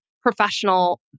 professional